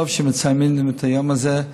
טוב שמציינים את היום הזה.